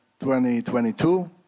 2022